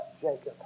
Jacob